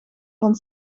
van